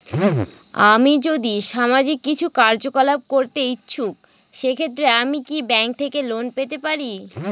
আমি যদি সামাজিক কিছু কার্যকলাপ করতে ইচ্ছুক সেক্ষেত্রে আমি কি ব্যাংক থেকে লোন পেতে পারি?